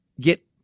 get